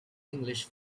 english